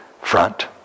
front